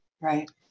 Right